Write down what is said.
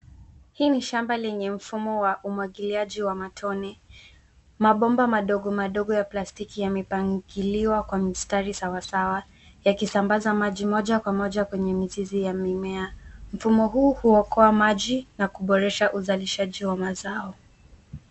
Hii ni shamba lenye mfumo wa umwagiliaji wa matone. Mabomba madogomadogo ya plastiki yamepangiliwa kwa mistari sawasawa yakisambaza maji moja kwa moja kwenye mizizi ya mimea. Mfumo huu huokoa maji na kuboresha uzalishaji wa mazao.